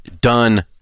done